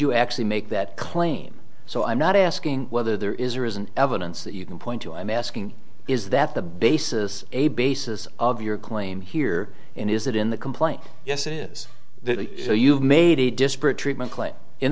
you actually make that claim so i'm not asking whether there is or isn't evidence that you can point to i'm asking is that the basis a basis of your claim here and is that in the complaint yes it is so you've made a disparate treatment